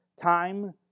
time